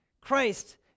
Christ